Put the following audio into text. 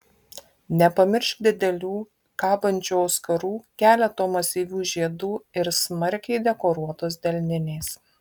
nepamiršk didelių kabančių auskarų keleto masyvių žiedų ir smarkiai dekoruotos delninės